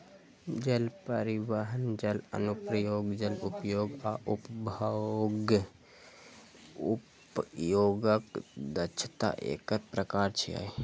जल परिवहन, जल अनुप्रयोग, जल उपयोग आ उपभोग्य उपयोगक दक्षता एकर प्रकार छियै